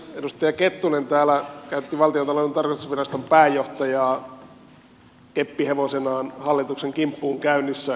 edustaja kettunen täällä käytti valtiontalouden tarkastusviraston pääjohtajaa keppihevosenaan hallituksen kimppuun käynnissä